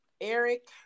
Eric